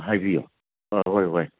ꯍꯥꯏꯕꯤꯌꯣ ꯑꯣ ꯍꯣꯏ ꯍꯣꯏ